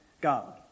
God